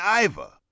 Iva